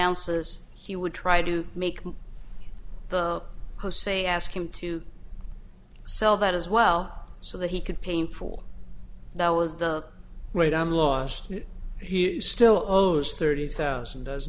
ounces he would try to make the ho say ask him to sell that as well so that he could painful that was the right i'm lost he still owes thirty thousand does